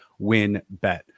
WinBet